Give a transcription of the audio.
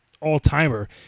all-timer